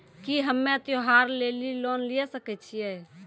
की हम्मय त्योहार लेली लोन लिये सकय छियै?